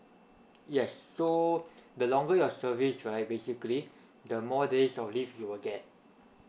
yes so the longer your service right basically the more days of leave you will get